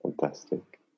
fantastic